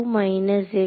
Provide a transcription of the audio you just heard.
மாணவர் X